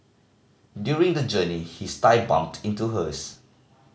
during the journey his thigh bumped into hers